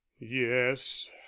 yes